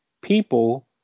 people